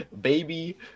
Baby